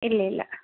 ഇല്ല ഇല്ല